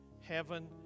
heaven